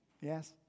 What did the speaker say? Yes